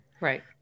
Right